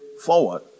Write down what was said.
forward